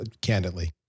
candidly